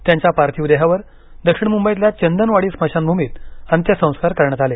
त्यांच्या पार्थिव देहावर दक्षिण मुंबईतल्या चंदनवाडी स्मशानभूमीत अंत्यसंस्कार करण्यात आले